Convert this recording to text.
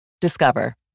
Discover